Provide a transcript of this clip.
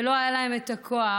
ולא היה להם הכוח